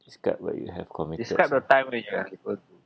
describe where you have commi~